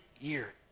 year